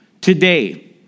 today